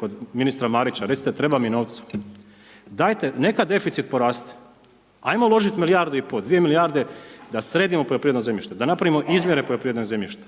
kod ministra Marića, recite treba nam novci, neka deficit porate, ajmo ulažete milijardu i pol, dvije milijarde da sredimo poljoprivredno zamišljate da napravimo izmjere poljoprivrednog zemljišta.